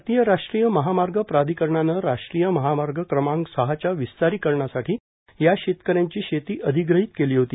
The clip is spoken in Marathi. भारतीय राष्ट्रीय महामार्ग प्राधिकरणाने राष्ट्रीय महामार्ग क्रमांक सहाच्या विस्तारिकरणासाठी या शेतकऱ्यांची शेती अधिग्रहीत केली होती